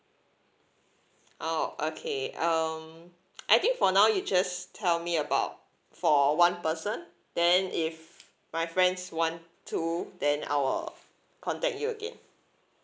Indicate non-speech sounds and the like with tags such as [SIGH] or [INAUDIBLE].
oh okay um [NOISE] I think for now you just tell me about for one person then if my friends want too then I will contact you again